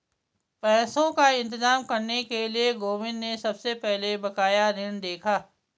पैसों का इंतजाम करने के लिए गोविंद ने सबसे पहले बकाया ऋण देखा